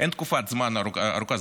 אין תקופת זמן ארוכה,